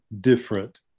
different